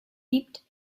gibt